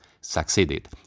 succeeded